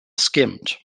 skimmed